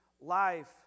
life